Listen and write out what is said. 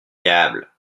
diable